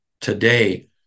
today